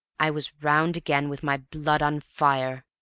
i was round again with my blood on fire.